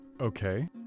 Okay